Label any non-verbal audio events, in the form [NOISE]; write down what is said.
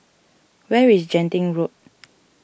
where is Genting Road [NOISE]